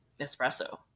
espresso